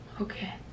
Okay